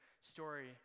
story